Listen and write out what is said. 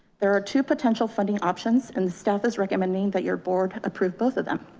there are two potential funding options and the staff is recommending that your board approved both of them.